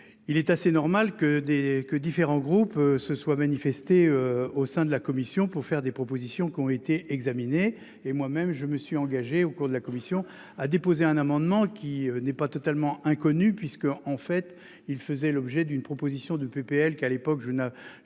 Il est assez normal que des que différents groupes se soient manifestés au sein de la commission pour faire des propositions qui ont été examinés et moi-même je me suis engagé au cours de la commission a déposé un amendement qui n'est pas totalement inconnu puisque en fait il faisait l'objet d'une proposition du PPL qui à l'époque je ne je n'avais pas